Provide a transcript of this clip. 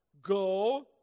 Go